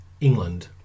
England